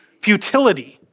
futility